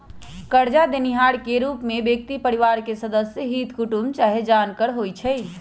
करजा देनिहार के रूप में व्यक्ति परिवार के सदस्य, हित कुटूम चाहे जानकार हो सकइ छइ